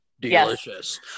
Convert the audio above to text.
delicious